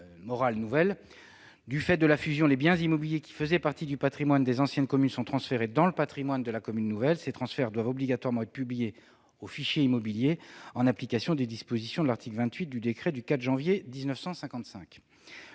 morale nouvelle. Du fait de la fusion, les biens immobiliers qui faisaient partie du patrimoine des anciennes communes sont transférés dans le patrimoine de la commune nouvelle. Ces transferts doivent obligatoirement être publiés au fichier immobilier, en application des dispositions de l'article 28 du décret du 4 janvier 1955.